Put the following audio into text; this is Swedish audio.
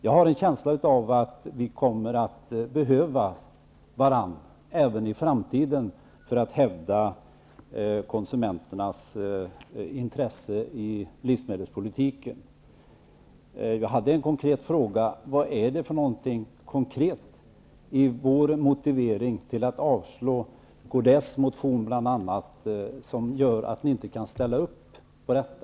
Jag har en känsla av att vi kommer att behöva varandra även i framtiden för att hävda konsumenternas intresse i livsmedelspolitiken. Jag har en fråga. Vad är det konkret i vår motivering till att yrka avslag på bl.a. kds motion som gör att ni inte kan ställa upp på detta?